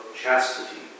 chastity